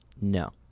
No